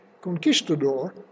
conquistador